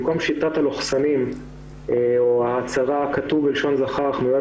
במקום שיטת הלוכסנים או ההצהרה "כתוב בלשון זכר אך נועד